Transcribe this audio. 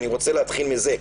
אני רוצה להתחיל מזה.